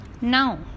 Now